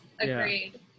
agreed